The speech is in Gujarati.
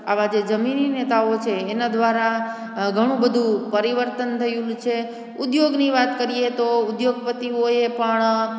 આવા જે જમીની નેતાઓ છે એના દ્વારા ઘણું બધુ પરિવર્તન થયું છે ઉદ્યોગની વાત કરીએ તો ઉદ્યોગપતિઓએ પણ